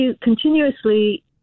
continuously